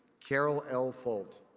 carol l. folt,